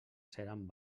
seran